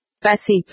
Passive